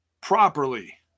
properly